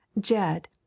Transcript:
Jed